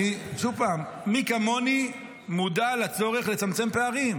שוב פעם, מי כמוני מודע לצורך לצמצם פערים.